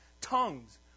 tongues